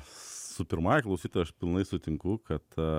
su pirmąja klausytoja aš pilnai sutinku kad